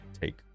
take